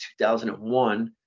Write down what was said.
2001